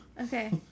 Okay